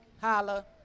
holla